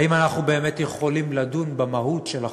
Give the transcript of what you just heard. האם אנחנו באמת יכולים לדון במהות שלו?